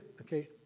okay